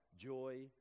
joy